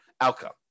outcome